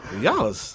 Y'all